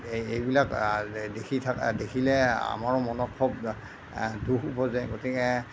এই এইবিলাক দেখি থকা দেখিলে আমাৰো মনত খুব দুখ ওপজে গতিকে